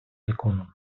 законом